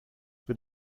für